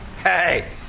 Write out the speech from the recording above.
Hey